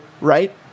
Right